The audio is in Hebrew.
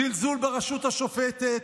זלזול ברשות השופטת,